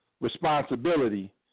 responsibility